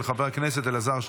של חבר הכנסת אלעזר שטרן.